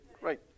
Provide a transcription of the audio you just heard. right